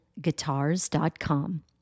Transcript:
guitars.com